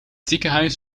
ziekenhuis